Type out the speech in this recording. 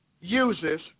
uses